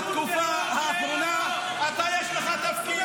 בתקופה האחרונה אתה, יש לך תפקיד.